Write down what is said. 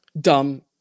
Dumb